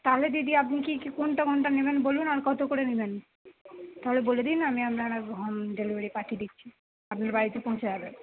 তাহলে দিদি আপনি কি কোনটা কোনটা নেবেন বলুন আর কত করে নেবেন তাহলে বলে দিন আমি আপনার হোম ডেলিভারি পাঠিয়ে দিচ্ছি আপনার বাড়িতে পৌঁছে যাবে